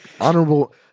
Honorable